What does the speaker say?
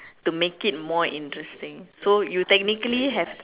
to make it more interesting so you technically have